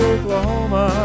Oklahoma